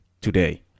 today